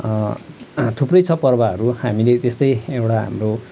थुप्रै छ पर्वहरू हामीले त्यस्तै एउटा हाम्रो